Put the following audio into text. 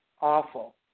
awful